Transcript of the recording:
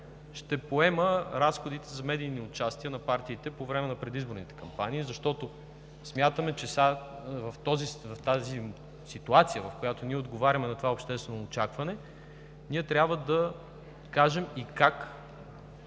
ще поема разходите за медийни участия на партиите по време на предизборните кампании, защото смятаме, че в тази ситуация, в която ние отговаряме на това обществено очакване, трябва да кажем и как